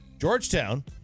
georgetown